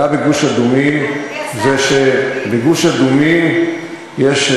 הבעיה בגוש-אדומים היא שבגוש-אדומים יש,